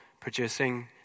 producing